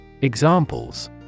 Examples